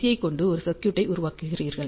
ஐக் கொண்டு ஒரு சர்க்யூட்டை உருவாக்குக்கிறீர்கள்